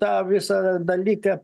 tą visą dalyką